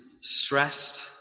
stressed